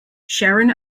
sharon